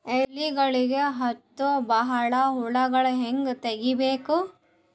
ಎಲೆಗಳಿಗೆ ಹತ್ತೋ ಬಹಳ ಹುಳ ಹಂಗ ತೆಗೀಬೆಕು?